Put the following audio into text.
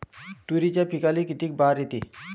तुरीच्या पिकाले किती बार येते?